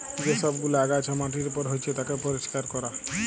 যে সব গুলা আগাছা মাটির উপর হচ্যে তাকে পরিষ্কার ক্যরা